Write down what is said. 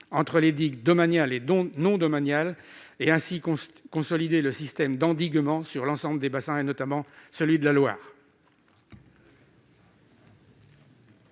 entre digues domaniales et digues non domaniales, afin de consolider le système d'endiguement sur l'ensemble des bassins, et notamment celui de la Loire